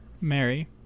Mary